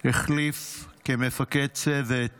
החליף כמפקד צוות